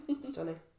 stunning